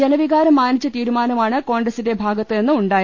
ജനവികാരം മാനിച്ച തീരുമാനമാണ് കോൺഗ്രസിന്റെ ഭാഗത്ത് നിന്ന് ഉണ്ടായ ത്